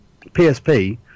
PSP